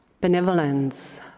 benevolence